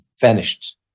vanished